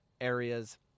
areas